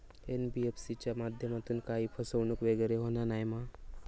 NBFC च्या माध्यमातून काही फसवणूक वगैरे होना नाय मा?